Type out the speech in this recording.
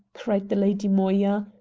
cried the lady moya,